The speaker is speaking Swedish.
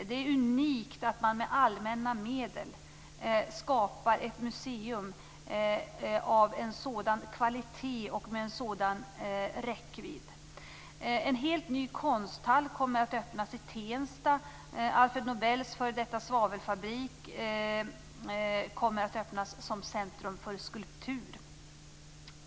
Det är unikt att man med allmänna medel skapar ett museum av en sådan kvalitet och med en sådan räckvidd. En helt ny konsthall kommer att öppnas i Tensta. Alfred Nobels f.d. svavelfabrik kommer att öppnas som ett centrum för skulptur.